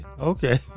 okay